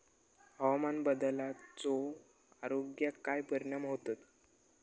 हवामान बदलाचो आरोग्याक काय परिणाम होतत?